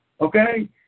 okay